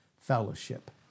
fellowship